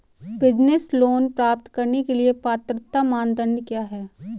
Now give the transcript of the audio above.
Business loan प्राप्त करने के लिए पात्रता मानदंड क्या हैं?